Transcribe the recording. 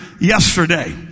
yesterday